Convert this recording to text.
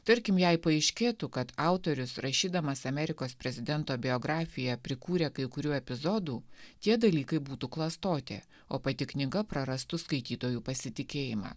tarkim jei paaiškėtų kad autorius rašydamas amerikos prezidento biografiją prikūrė kai kurių epizodų tie dalykai būtų klastotė o pati knyga prarastų skaitytojų pasitikėjimą